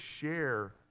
share